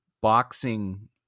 boxing